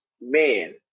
Man